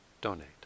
donate